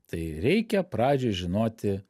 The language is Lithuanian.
tai reikia pradžioj žinoti